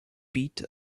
beat